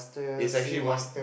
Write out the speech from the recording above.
it's actually one